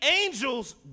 angels